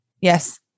Yes